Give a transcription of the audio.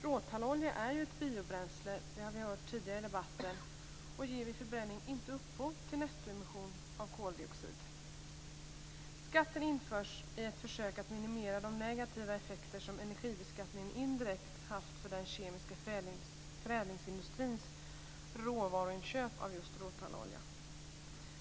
Råtallolja är ett biobränsle, det har vi hört tidigare i debatten, och ger vid förbränning inte upphov till nettoemission av koldioxid. Skatten införs i ett försök att minimera de negativa effekter som energibeskattningen indirekt haft för den kemiska förädlingsindustrins råvaruinköp av just råtallolja.